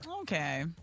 Okay